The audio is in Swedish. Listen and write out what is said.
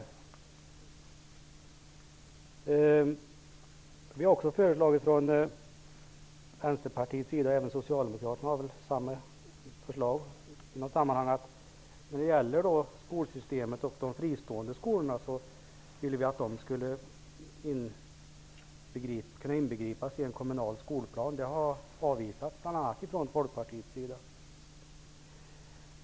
Vänsterpartiet har också föreslagit -- och även Socialdemokraterna har i något sammanhang fört fram samma förslag -- att de fristående skolorna skulle ingå i en kommunal skolplan. Det förslaget har avvisats av bl.a. Folkpartiet.